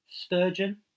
sturgeon